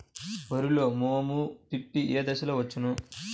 వరిలో మోము పిప్పి ఏ దశలో వచ్చును?